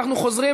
אנחנו חוזרים,